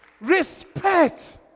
respect